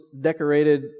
decorated